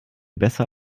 besser